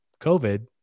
COVID